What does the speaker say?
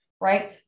right